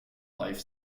life